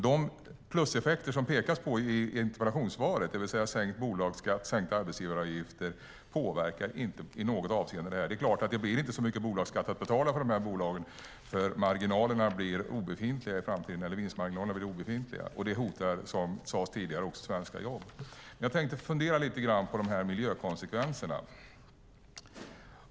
De pluseffekter som det pekas på i interpellationssvaret, det vill säga sänkt bolagsskatt och sänkta arbetsgivaravgifter, påverkar inte i något avseende detta. Det är klart att det inte blir så mycket bolagsskatt för dessa bolag att betala eftersom vinstmarginalerna blir obefintliga i framtiden, vilket, som sades tidigare, hotar svenska jobb. Jag funderar lite grann på dessa miljökonsekvenser.